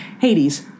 Hades